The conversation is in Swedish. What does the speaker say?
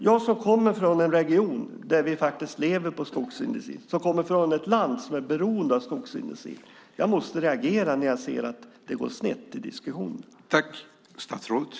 Jag som kommer från en region där vi faktiskt lever på skogsindustri - jag kommer från ett land som är beroende av skogsindustrin - måste reagera när jag ser att det går snett i diskussionen.